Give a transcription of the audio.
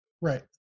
right